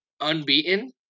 unbeaten